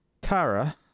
Tara